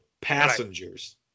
Passengers